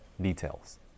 details